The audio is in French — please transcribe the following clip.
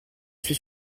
suis